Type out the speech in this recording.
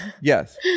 Yes